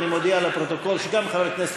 אני מודיע לפרוטוקול שגם חבר הכנסת